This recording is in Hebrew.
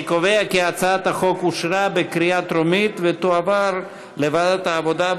אני קובע כי הצעת החוק אושרה בקריאה טרומית ותועבר לוועדת העבודה,